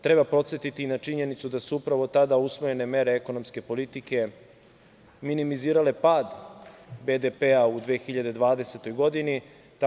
Treba podsetiti i na činjenicu da su upravo tada usvojene mere ekonomske politike minimizirale pad BDP-a u 2020. godini.